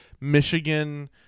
Michigan